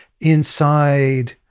inside